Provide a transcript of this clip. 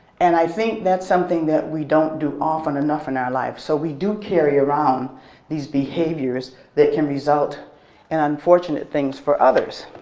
and i think that's something that we don't do often enough in our lives so we do carry around these behaviors that can result in and unfortunate things for others.